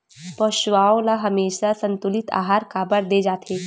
पशुओं ल हमेशा संतुलित आहार काबर दे जाथे?